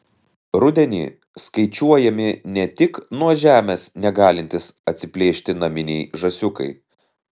rudenį skaičiuojami ne tik nuo žemės negalintys atsiplėšti naminiai žąsiukai